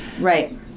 Right